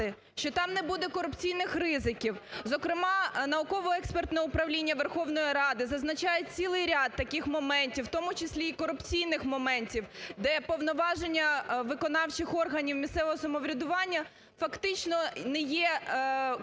що там не буде корупційних ризиків. Зокрема, науково-експертне управління Верховної Ради зазначає цілий ряд таких моментів, в тому числі і корупційних моментів, де повноваження виконавчих органів місцевого самоврядування фактично не є конкретно